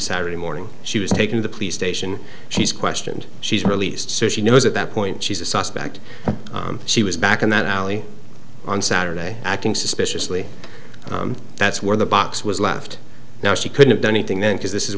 saturday morning she was taken to the police station she's questioned she's released so she knows at that point she's a suspect she was back in that alley on saturday acting suspiciously and that's where the box was left now she couldn't do anything then because this is